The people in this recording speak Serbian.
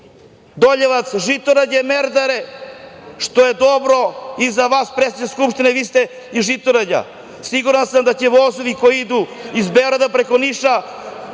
Niš-Doljevac-Žitorađe-Merdare, što je dobro i za vas, predsedniče Skupštine, vi ste iz Žitorađa. Siguran sam da će vozovi koji idu iz Beograda preko Niša